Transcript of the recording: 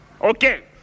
Okay